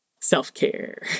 Self-care